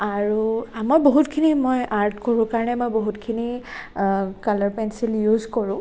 আৰু আমাৰ বহুতখিনি মই আৰ্ট কৰোঁ কাৰণে মই বহুতখিনি কালাৰ পেঞ্চিল ইউজ কৰোঁ